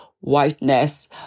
whiteness